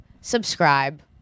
subscribe